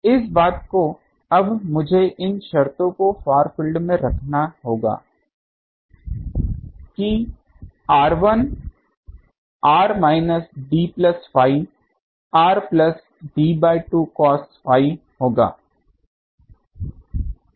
इस बात को अब मुझे इन शर्तों को फार फील्ड में रखना होगा कि r1 r minus d2 plus phi और r2 r plus d2 cos phi होगा